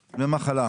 מחלה.